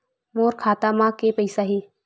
मोर खाता म के पईसा हे?